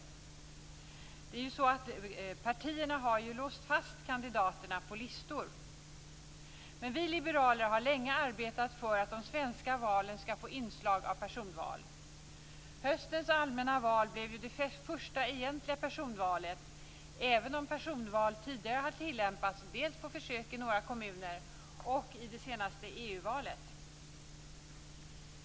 Partierna har låst fast kandidaterna på listor. Vi liberaler har länge arbetat för att de svenska valen skall få ett inslag av personval. Höstens allmänna val blev ju det första egentliga personvalet, även om personval tidigare tillämpats dels på försök i några kommuner, dels i det senaste EU-valet.